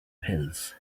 pills